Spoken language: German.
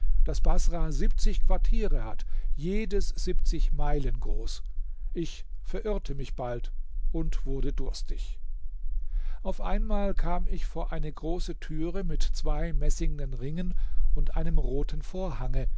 daß baßrah siebzig quartiere hat jedes siebzig meilen groß ich verirrte mich bald und wurde durstig auf einmal kam ich vor eine große türe mit zwei messingnen ringen und einem roten vorhange